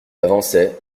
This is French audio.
avançait